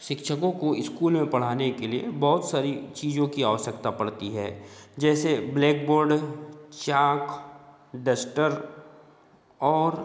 शिक्षकों को स्कूल में पढ़ाने के लिए बहुत सारी चीज़ों की आवश्यकता पड़ती है जैसे ब्लैकबोर्ड चाक डस्टर और